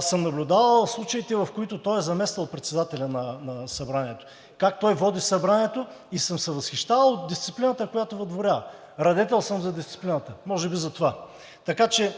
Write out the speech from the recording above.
съм наблюдавал случаите, в които той е замествал председателя на Събранието, как той води Събранието и съм се възхищавал от дисциплината, която въдворява. Радетел съм за дисциплината, може би затова ще